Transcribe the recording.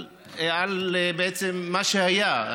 בעצם מה שהיה,